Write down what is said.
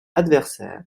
adversaire